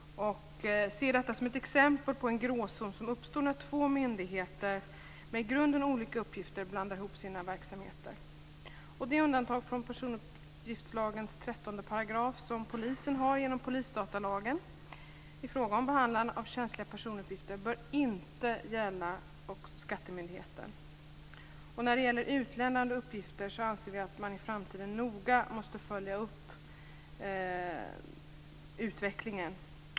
Vi ser detta som ett exempel på en gråzon som uppstår när två myndigheter med i grunden olika uppgifter blandar ihop sina verksamheter. Det undantag från personuppgiftslagens 13 § som polisen har genom polisdatalagen i fråga om behandling av känsliga personuppgifter bör inte gälla skattemyndigheten. När det gäller utlämnande av uppgifter anser vi att man i framtiden noga måste följa upp utvecklingen.